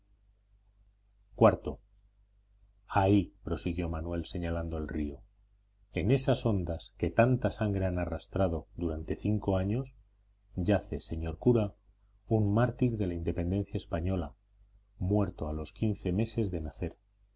iv ahí prosiguió manuel señalando al río en esas ondas que tanta sangre han arrastrado durante cinco años yace señor cura un mártir de la independencia española muerto a los quince meses de nacer